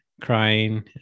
crying